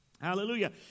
Hallelujah